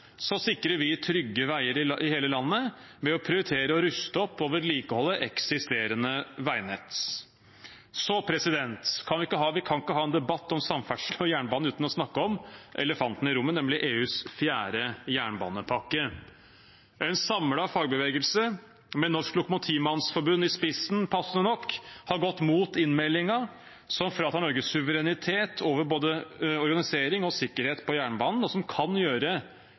sikrer vi trygge veier i hele landet ved å prioritere å ruste opp og vedlikeholde eksisterende veinett. Vi kan ikke ha en debatt om samferdsel og jernbane uten å snakke om elefanten i rommet, nemlig EUs fjerde jernbanepakke. En samlet fagbevegelse med Norsk Lokomotivmannsforbund i spissen, passende nok, har gått imot innmeldingen, som fratar Norge suverenitet over både organisering og sikkerhet på jernbanen, og som kan gjøre